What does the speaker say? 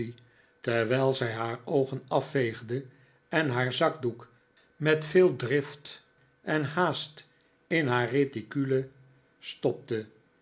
terwijl zij haar oogen afveegde en haar zakdoek met veel drift en haast in haar reticule stopte